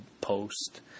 Post